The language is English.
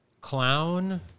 Clown